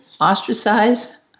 ostracized